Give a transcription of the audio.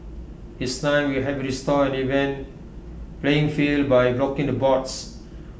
it's time we help restore an even playing field by blocking the bots